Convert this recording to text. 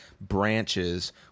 branches